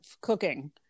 cooking